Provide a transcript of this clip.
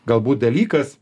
galbūt dalykas